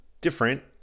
different